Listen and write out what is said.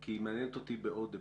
כי היא מעניינת אותי בעוד היבט.